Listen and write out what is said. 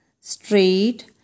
straight